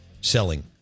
selling